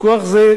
פיקוח זה,